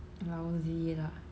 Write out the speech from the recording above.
lousy lah